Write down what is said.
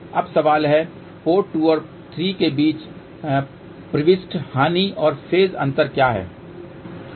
अब सवाल है पोर्ट 2 और 3 के बीच प्रविष्टि हानि और फेज़ अंतर क्या हैं